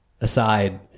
aside